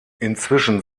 inzwischen